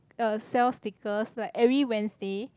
uh sell stickers like every Wednesday